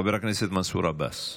חבר הכנסת מנסור עבאס.